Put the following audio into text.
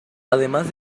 además